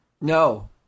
No